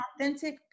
authentic